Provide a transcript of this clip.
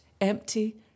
empty